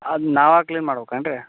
ಅದು ನಾವು ಕ್ಲೀನ್ ಮಾಡ್ಬಕು ಏನು ರೀ